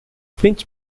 finch